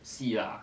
戏啦